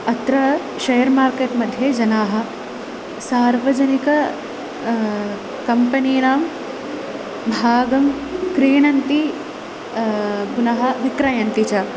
अत्र share market मध्ये जनाः सार्वजनिक कम्पनीनां भागं क्रीणन्ति पुनः विक्रयन्ति च